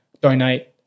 donate